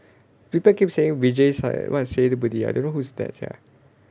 people keep saying vijay side [what] sethupathi I don't know who is that sia